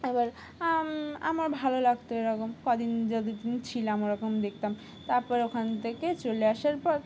এবার আমার ভালো লাগতো এরকম কদিন যতদিন ছিলাম ওরকম দেখতাম তারপর ওখান থেকে চলে আসার পর